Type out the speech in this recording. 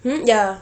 hmm ya